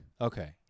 Okay